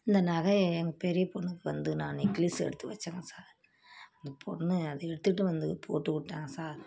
இந்த நகையை எங்கள் பெரிய பொண்ணுக்கு வந்து நான் நெக்லஸ் எடுத்து வச்சேங்க சார் அந்த பொண்ணு அதை எடுத்துட்டு வந்து போட்டுவிட்டாங்க சார்